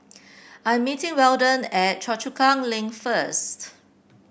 I am meeting Weldon at Choa Chu Kang Link first